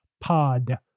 pod